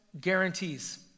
guarantees